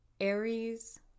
Aries